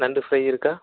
நண்டு ஃப்ரை இருக்கா